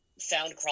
found